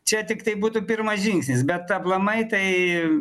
čia tiktai būtų pirmas žingsnis bet aplamai tai